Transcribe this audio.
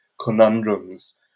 conundrums